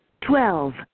Twelve